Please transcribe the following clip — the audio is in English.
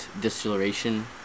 distillation